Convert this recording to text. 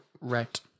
Right